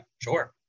sure